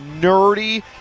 nerdy